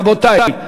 רבותי,